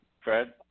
Fred